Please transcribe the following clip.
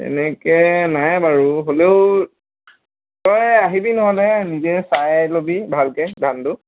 এনেকৈ নাই বাৰু হ'লেও তই আহিবি নহ'লে নিজে চাই ল'বি ভালকৈ ধানটো